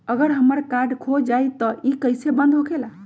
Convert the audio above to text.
अगर हमर कार्ड खो जाई त इ कईसे बंद होकेला?